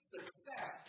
Success